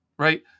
Right